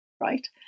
right